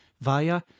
via